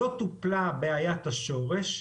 לא טופלה בעיית השורש,